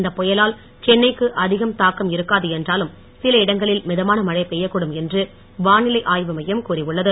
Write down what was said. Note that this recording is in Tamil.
இந்த புயலால் சென்னைக்கு அதிகம் தாக்கம் இருக்காது என்றாலும் சில இடங்களில் மிதமான மழை பெய்யக் கூடும் என்று வானிலை ஆய்வு மையம் கூறியுள்ளது